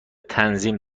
تنظیم